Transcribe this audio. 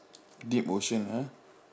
deep ocean ah